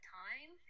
time